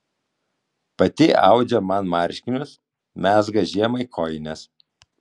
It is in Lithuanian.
pati audžia man marškinius mezga žiemai kojines